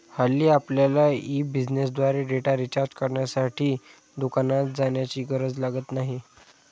हल्ली आपल्यला ई बिझनेसद्वारे डेटा रिचार्ज करण्यासाठी दुकानात जाण्याची गरज लागत नाही